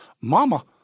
Mama